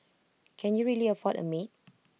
can you really afford A maid